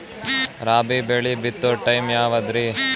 ರಾಬಿ ಬೆಳಿ ಬಿತ್ತೋ ಟೈಮ್ ಯಾವದ್ರಿ?